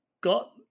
got